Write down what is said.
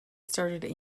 started